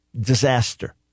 disaster